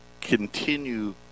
continue